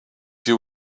you